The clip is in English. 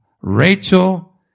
Rachel